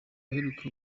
aherutse